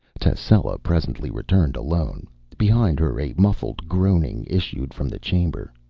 tascela presently returned alone behind her a muffled groaning issued from the chamber.